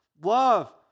Love